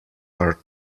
are